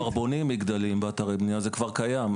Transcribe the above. כבר בונים מגדלים באתרי בנייה, זה כבר קיים.